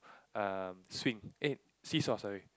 um swing eh see-saw sorry